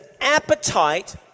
appetite